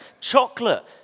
Chocolate